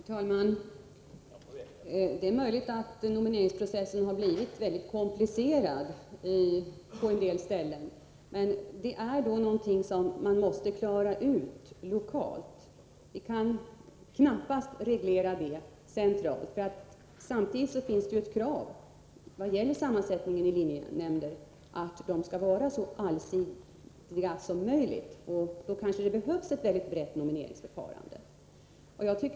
Herr talman! Det är möjligt att nomineringsprocessen på en del ställen har blivit mycket komplicerad. Det är någonting som man i så fall måste klara ut lokalt. Vi kan knappast reglera det centralt. Samtidigt finns det ett krav på att linjenämnderna skall vara så allsidigt sammansatta som möjligt. Då kanske det behövs ett mycket brett nomineringsförfarande.